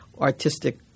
artistic